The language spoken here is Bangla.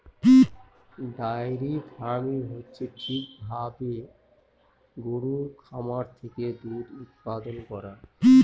ডায়েরি ফার্মিং হচ্ছে ঠিক ভাবে গরুর খামার থেকে দুধ উৎপাদান করা